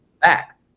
back